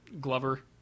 glover